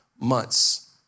months